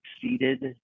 succeeded